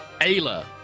Ayla